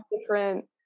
different